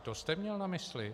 To jste měl na mysli?